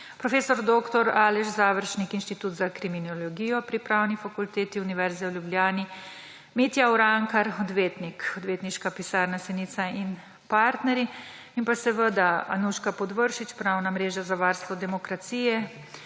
prof. dr. Aleš Završnik, Inštitut za kriminologijo pri Pravni fakulteti Univerze v Ljubljani, Mitja Urankar, odvetnik, Odvetniška pisarna Senica & partnerji in pa Anuška Podvršič, Pravna mreža za varstvo demokracije,